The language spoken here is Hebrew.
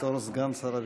בתור סגן שר הביטחון.